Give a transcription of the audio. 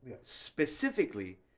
specifically